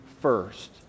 First